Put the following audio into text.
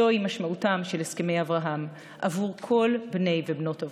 זוהי משמעותם של הסכמי אברהם בעבור כל בני ובנות אברהם.